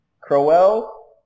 Crowell